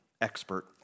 expert